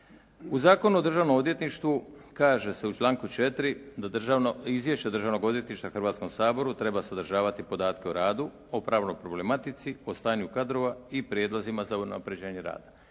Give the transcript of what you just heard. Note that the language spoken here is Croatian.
U Zakonu o Državnom odvjetništvu kaže se u članku 4. da izvješće Državnog odvjetništva Hrvatskom saboru treba sadržavati podatke o radu o pravnoj problematici, o stanju kadrova i prijedlozima za unapređenje rada.